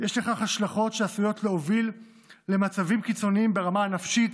השלכות שעשויות להוביל למצבים קיצוניים ברמה הנפשית,